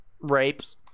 rapes